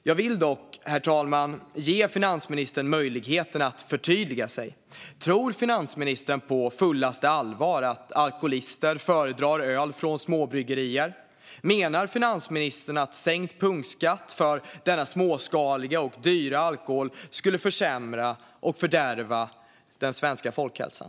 Jag vill dock, herr talman, ge finansministern möjlighet att förtydliga sig. Tror finansministern på fullaste allvar att alkoholister föredrar öl från småbryggerier? Menar finansministern att sänkt punktskatt för denna småskaliga och dyra alkohol skulle försämra och fördärva den svenska folkhälsan?